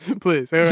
Please